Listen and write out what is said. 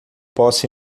posso